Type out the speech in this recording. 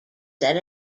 set